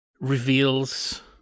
reveals